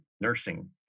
nursing